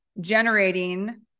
generating